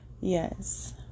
Yes